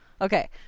Okay